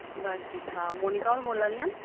बस ठीक ठाक मोनिका होर बोला दियां न